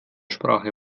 sprache